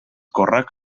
còrrec